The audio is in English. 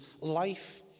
life